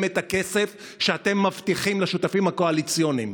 את הכסף שאתם מבטיחים לשותפים הקואליציוניים.